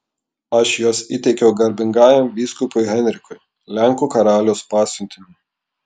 aš juos įteikiau garbingajam vyskupui henrikui lenkų karaliaus pasiuntiniui